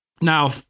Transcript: now